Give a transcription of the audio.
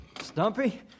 Stumpy